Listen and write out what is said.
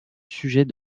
sujet